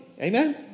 Amen